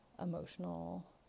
emotional